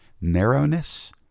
Narrowness